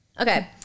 Okay